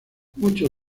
muchos